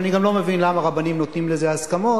ואני גם לא מבין למה רבנים נותנים לזה הסכמות.